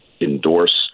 endorse